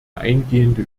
eingehende